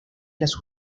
las